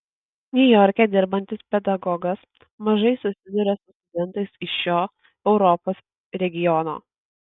niujorke dirbantis pedagogas mažai susiduria su studentais iš šio europos regiono